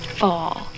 fall